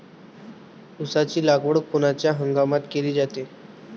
ऊसाची लागवड कोनच्या हंगामात केली जाते?